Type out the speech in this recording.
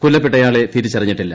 കൊല്ലപ്പെട്ടയാളെ തിരിച്ചറീഞ്ഞിട്ടില്ല